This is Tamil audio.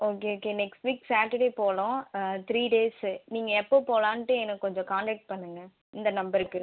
okay okay next week Saturday போகணும் த்ரீ டேஸ்ஸு நீங்கள் எப்போ போகலான்ட்டு எனக்கு கொஞ்சம் காண்டேக்ட் பண்ணுங்கள் இந்த நம்பருக்கு